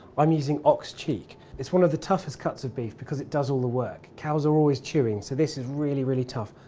um using ox cheek. it is one of the toughest cuts of beef because it does all the work. cows are always chewing, so, this is really, really tough.